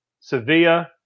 Sevilla